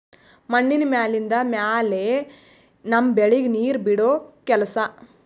ಮಣ್ಣಿನ ಮ್ಯಾಲಿಂದ್ ಮ್ಯಾಲೆ ನಮ್ಮ್ ಬೆಳಿಗ್ ನೀರ್ ಬಿಡೋ ಕೆಲಸಾ